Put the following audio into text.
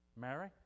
Mary